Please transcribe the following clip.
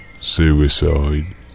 Suicide